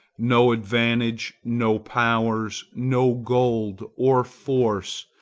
no advantages, no powers, no gold or force,